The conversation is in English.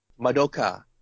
Madoka